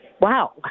Wow